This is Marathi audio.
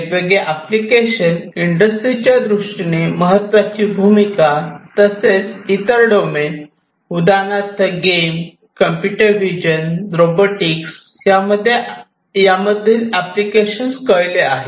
वेगवेगळे ऍप्लिकेशन इंडस्ट्रीच्या दृष्टीने महत्त्वाची भूमिका तसेच इतर डोमेन उदाहरणार्थ गेम कॉम्प्युटर व्हिजन रोबोटिक्स यामध्ये एप्लीकेशन्स कळले आहे